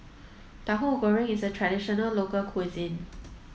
Tauhu Goreng is a traditional local cuisine